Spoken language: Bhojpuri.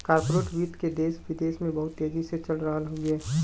कॉर्पोरेट वित्त देस विदेस में बहुत तेजी से चल रहल हउवे